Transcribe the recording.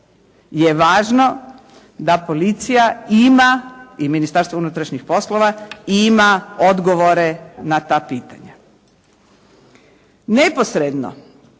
je važno da policija ima i Ministarstvo unutrašnjih poslova ima odgovore na ta pitanja. Neposredno